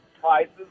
prices